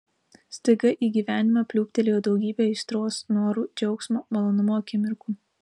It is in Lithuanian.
staiga į gyvenimą pliūptelėjo daugybė aistros norų džiaugsmo malonumo akimirkų